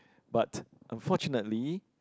but unfortunately